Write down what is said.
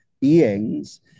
beings